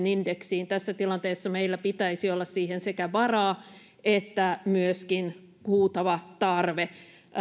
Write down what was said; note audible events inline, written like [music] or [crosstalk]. [unintelligible] indeksiin tässä tilanteessa meillä pitäisi olla siihen sekä varaa että myöskin huutava tarve